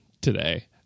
today